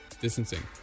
distancing